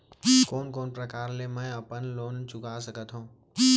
कोन कोन प्रकार ले मैं अपन लोन चुका सकत हँव?